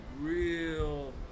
real